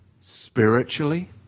spiritually